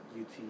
UT